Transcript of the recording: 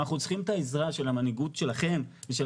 אנחנו צריכים את העזרה של המנהיגות שלכם ושל